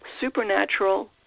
supernatural